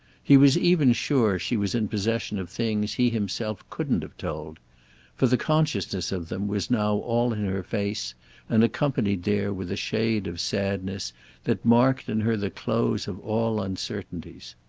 he was even sure she was in possession of things he himself couldn't have told for the consciousness of them was now all in her face and accompanied there with a shade of sadness that marked in her the close of all uncertainties.